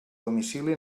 domicili